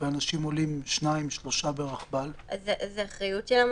כל מקום שלא נאמר אחרת זה בתפוסות של אחד